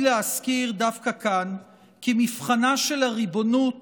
להזכיר דווקא כאן כי מבחנה של הריבונות